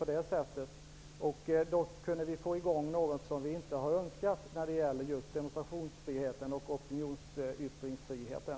Då kan vi få en utveckling som vi inte önskar när det gäller demonstrations och opinionsyttringsfriheten.